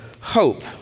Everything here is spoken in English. hope